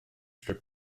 strip